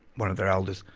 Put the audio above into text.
one of their elders.